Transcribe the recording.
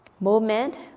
moment